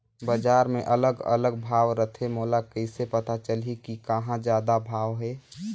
बजार मे अलग अलग भाव रथे, मोला कइसे पता चलही कि कहां जादा भाव हे?